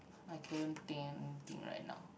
I couldn't think anything right now